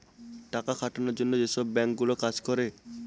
টাকা খাটানোর জন্য যেসব বাঙ্ক গুলো কাজ করে